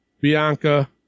Bianca